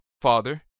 Father